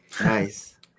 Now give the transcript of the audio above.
Nice